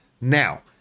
Now